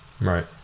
right